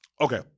Okay